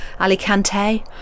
Alicante